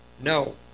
no